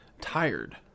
tired